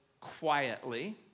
quietly